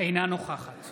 אינה נוכחת